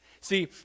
see